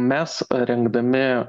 mes rinkdami